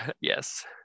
yes